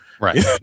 Right